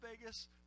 Vegas